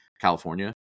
california